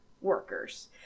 workers